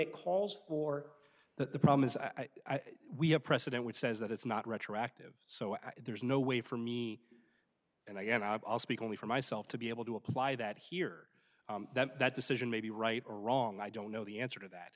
it calls or that the problem is i we have precedent which says that it's not retroactive so i there's no way for me and i and i'll speak only for myself to be able to apply that here that that decision may be right or wrong i don't know the answer to that